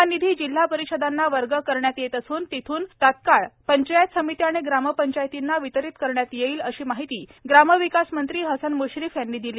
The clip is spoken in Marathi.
हा निधी जिल्हा परिषदांना वर्ग करण्यात येत असून तेथून तत्काळ पंचायत समित्या आणि ग्रामपंचायतींना वितरीत करण्यात येईल अशी माहिती ग्रामविकास मंत्री हसन म्श्रीफ यांनी दिली